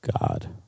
God